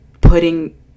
putting